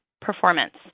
performance